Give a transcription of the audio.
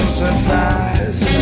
surprise